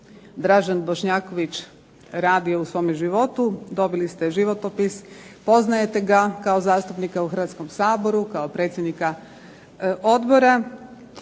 Dražen Bošnjaković radio u svome životu, dobili ste životopis, poznajete ga kao zastupnika u Hrvatskom saboru, kao predsjednika Odbora,